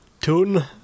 tune